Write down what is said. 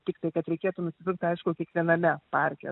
tiktai kad reikėtų nusipirkt aišku kiekviename parke